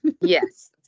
Yes